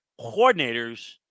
coordinators